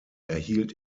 erhielt